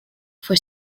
for